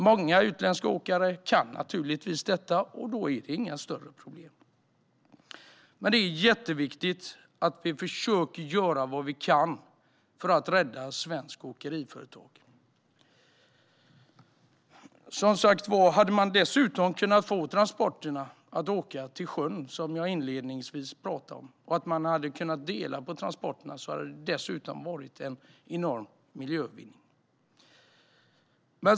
Många utländska åkare kan naturligtvis klara av detta, och då är det inga större problem. Det är viktigt att vi försöker göra vad vi kan för att rädda svenska åkeriföretag. Om man dessutom, som jag inledningsvis pratade om, kunde få transporterna att ske till sjöss och om man kunde dela på dem hade det varit en enorm miljövinst.